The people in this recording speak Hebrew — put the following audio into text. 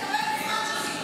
נא לצאת החוצה.